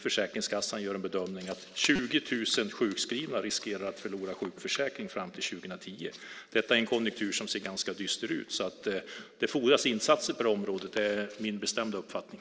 Försäkringskassan gör en bedömning att 20 000 sjukskrivna riskerar att förlora sjukförsäkring fram till 2010. Detta är en konjunktur som ser ganska dyster ut, så det fordras insatser på det området. Det är min bestämda uppfattning.